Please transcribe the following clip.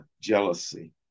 jealousy